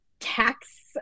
tax